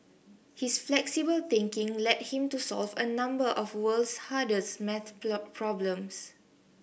his flexible thinking led him to solve a number of world's hardest math problems